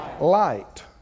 light